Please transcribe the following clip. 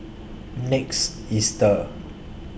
next Easter